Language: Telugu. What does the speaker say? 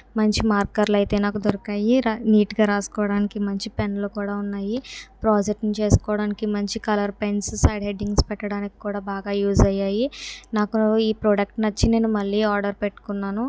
మంచి మార్కర్లు అయితే నాకు దొరికాయి నీట్గా వ్రాసుకోవడానికి మంచి పెన్నులు కూడా ఉన్నాయి ప్రాజెక్ట్ను పెట్టడానికి మంచి కలర్ పెన్స్ సైడ్ హెడ్డింగ్స్ చేసుకోవడానికి బాగా యూజ్ అయ్యాయి నాకు ఈ ప్రోడక్ట్ నచ్చి నేను మళ్ళీ ఆర్డర్ పెట్టుకున్నాను